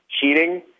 cheating